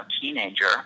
teenager